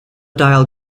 dial